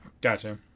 Gotcha